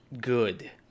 good